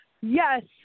Yes